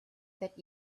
that